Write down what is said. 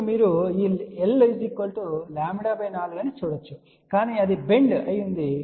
ఇప్పుడు మీరు ఈ lλ4 అని చూడవచ్చు కానీ అది బెండ్ వంగి అయి ఉంటుంది